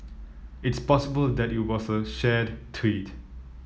it's possible that it was a shared tweet